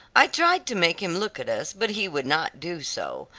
i tried to make him look at us, but he would not do so.